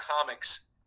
Comics